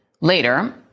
Later